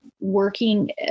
working